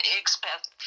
expect